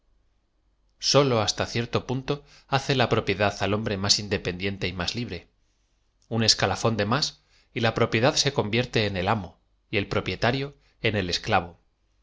sólo basta cierto punto hace la propiedad al hom bre más independíente y la más líb re un escala fón de m ás y la propiedad se convierte en e l amo y el propietario en el esclavo desde